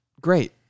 great